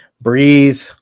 breathe